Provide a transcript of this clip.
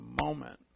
moment